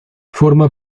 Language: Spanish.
forma